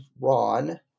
ron